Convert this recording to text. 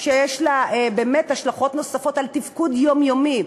שיש לה באמת השלכות נוספות על תפקוד יומיומי.